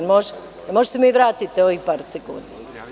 Možete li da mi vratite ovih par sekundi.